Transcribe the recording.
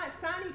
Sonny